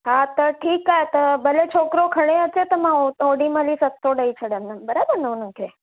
हा त ठीकु आहे त भले छोकिरो खणे अचे त मां ओ ओॾी महिल ई सत सौ ॾई छॾंदमि बराबरि न उन्हनि खे